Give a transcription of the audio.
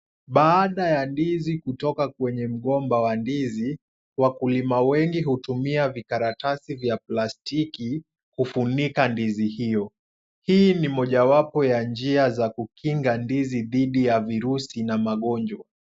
Baada ya ndizi kutoka kwenye mgomba wa ndizi, wakulima wengi hutumia vikaratasi vya plastiki kufunika ndizi hiyo. Hii ni mojawapo ya njia za kukinga ndizi dhidi ya virusi na magonjwa.